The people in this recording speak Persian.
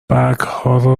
برگها